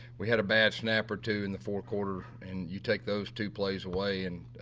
we had a bad snap or two in the fourth quarter, and you take those two plays away and